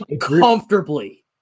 comfortably